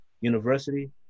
University